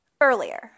Earlier